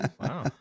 Wow